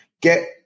get